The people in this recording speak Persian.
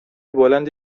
بلند